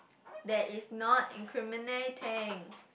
that is not incriminating